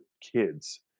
kids